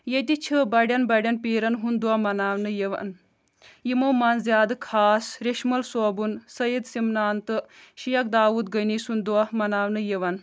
ییٚتہِ چھِ بڑٮ۪ن بڑٮ۪ن پیٖرن ہُنٛد دۄہ مناونہٕ یِوان یِمو منٛز زیادٕ خاص ریشمل صوبُن سعد سمنان تہٕ شیخ داوٗد غنی سُنٛد دۄہ مناونہٕ یِوان